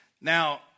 Now